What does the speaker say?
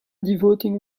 devoting